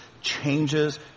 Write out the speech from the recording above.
changes